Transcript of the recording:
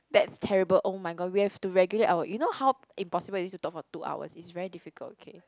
that's terrible oh-my-god we have to regulate our you know how impossible it is to talk for two hours it's very difficult okay